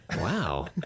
Wow